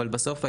אבל בסוף,